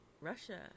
Russia